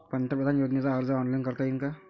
पंतप्रधान योजनेचा अर्ज ऑनलाईन करता येईन का?